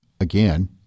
Again